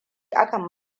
akan